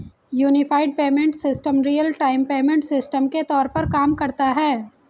unified payment system real time payment system के तौर पर काम करता है